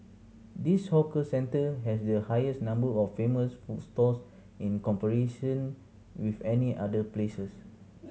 this hawker centre has the highest number of famous food stalls in with any other places